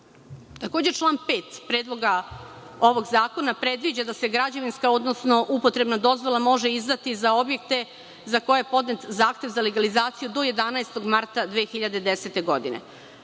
Takođe, član 5. Predloga ovog zakona predviđa da se građevinska, odnosno upotrebna dozvola može izdati za objekte za koje je podnet zahtev za legalizaciju do 11. marta 2010. godine.